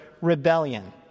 rebellion